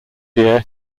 year